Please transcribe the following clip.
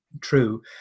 true